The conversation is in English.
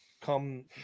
come